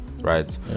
right